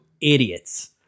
idiots